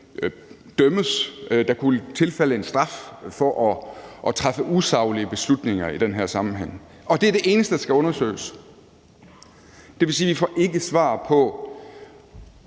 dømmes for, altså for at træffe usaglige beslutninger i den her sammenhæng. Det er det eneste, der skal undersøges. Det vil sige, vi ikke får svar på,